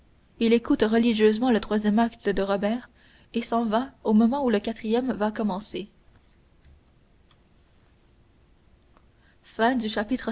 il écoute religieusement le troisième acte de robert et il s'en va au moment où le quatrième va commencer